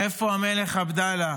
איפה המלך עבדאללה?